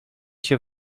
się